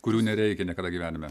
kurių nereikia niekada gyvenime